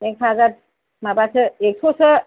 एक हाजार माबासो एक्स'सो